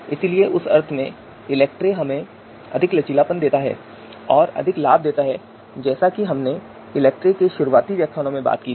इसलिए उस अर्थ में ELECTRE हमें अधिक लचीलापन देता है और अधिक लाभ देता है जैसा कि हमने ELECTRE के शुरुआती व्याख्यानों में बात की थी